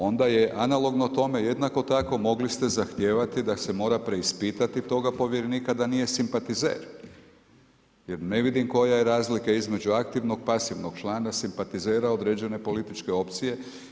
Onda je analogno tome jednako tako mogli ste zahtijevati da se mora preispitati toga povjerenika da nije simpatizer, ne vidim koja je je razlika između aktivnog, pasivnog člana simpatizera određene političke opcije.